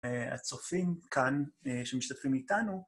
הצופים כאן שמשתתפים איתנו.